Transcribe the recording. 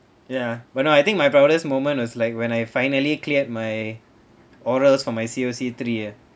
ya when I think my proudest moment was like when I finally cleared my oral for my C_O_C three ah